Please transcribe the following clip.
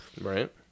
Right